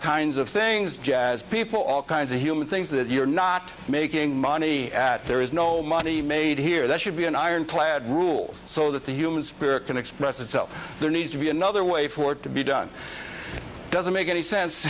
kinds of things jazz people all kinds of human things that you're not making money at there is no money made here that should be an ironclad rules so that the human spirit can express itself there needs to be another way for it to be done doesn't make any sense